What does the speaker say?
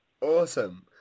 Awesome